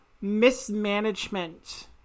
Mismanagement